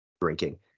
drinking